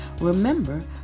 Remember